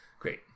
Great